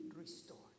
restored